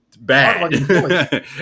bad